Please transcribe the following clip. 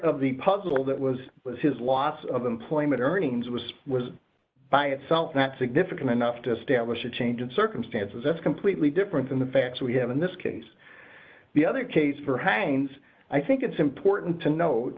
of the puzzle that was was his loss of employment earnings was was by itself not significant enough to establish a change in circumstances that's completely different from the facts we have in this case the other case for hangs i think it's important to know